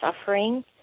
suffering